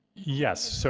yes. so